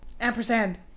Ampersand